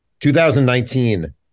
2019